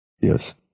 yes